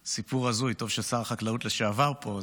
ששר החקלאות לשעבר פה.